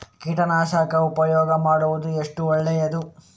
ಕೀಟನಾಶಕ ಉಪಯೋಗ ಮಾಡುವುದು ಎಷ್ಟು ಒಳ್ಳೆಯದು?